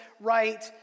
right